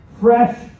fresh